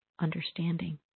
understanding